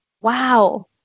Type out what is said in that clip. wow